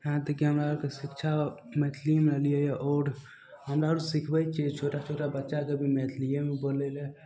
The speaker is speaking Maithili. हाँ तऽ कि हमरा आरके शिक्षा मैथिलीमे लेलियै आओर हमरा आओर सिखबय छियै छोटा छोटा बच्चाके भी मैथलियेमे बोलय रहय